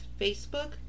Facebook